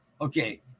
okay